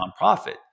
nonprofit